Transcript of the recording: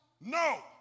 No